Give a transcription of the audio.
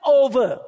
over